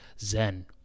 zen